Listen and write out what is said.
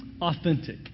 authentic